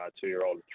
two-year-old